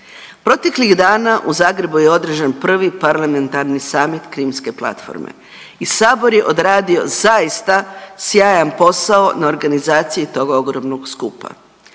Proteklih dana u Zagrebu je održan prvi parlamentarni samit Krimske platforme i Sabor je odradio zaista sjajan posao na organizaciji toga ogromnog skupa.